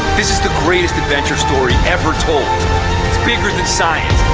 this is the greatest adventure story ever told it's bigger than science.